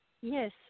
Yes